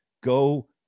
Go